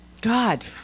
God